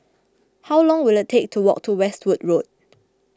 how long will it take to walk to Westwood Road